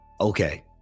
Okay